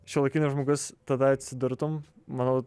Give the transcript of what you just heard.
šiuolaikinis žmogus tada atsidurtum manau